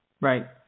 Right